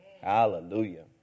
Hallelujah